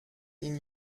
ihn